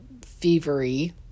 fevery